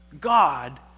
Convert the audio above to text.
God